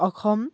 Assam